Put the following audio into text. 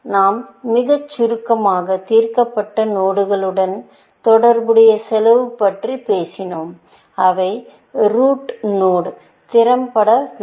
நாம் மிகச் சுருக்கமாக தீர்க்கப்பட்ட நோடுகளுடன் தொடர்புடைய செலவு பற்றிப் பேசினோம் அவை ரூட் நோடுகளில் திரட்டப்பட வேண்டும்